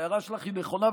ההערה שלך היא נכונה,